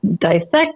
dissect